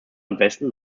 nordwesten